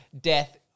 death